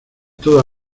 toda